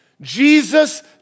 Jesus